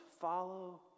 follow